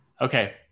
Okay